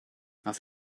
auf